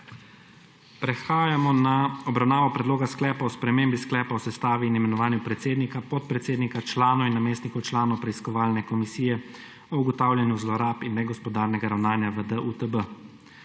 Prehajamo na obravnavo Predloga sklepa o spremembi Sklepa o sestavi in imenovanju predsednika, podpredsednika, članov in namestnikov članov Preiskovalne komisije o ugotavljanju zlorab in negospodarnega ravnanja v DUTB,